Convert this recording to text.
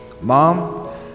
Mom